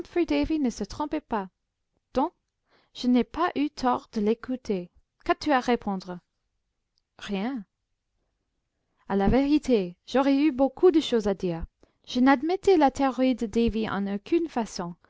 ne se trompait pas donc je n'ai pas eu tort de l'écouter qu'as-tu à répondre rien à la vérité j'aurais eu beaucoup de choses à dire je n'admettais la théorie de davy en aucune façon